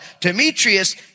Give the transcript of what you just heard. Demetrius